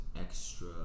extra